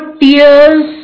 tears